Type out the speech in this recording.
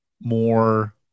more